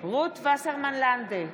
רות וסרמן לנדה,